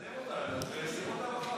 תקדם אותנו ותשים אותם אחר כך.